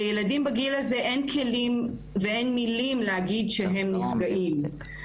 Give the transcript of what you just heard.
לילדים בגיל הזה אין כלים ואין מילים להגיד שהם נפגעים.